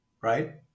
right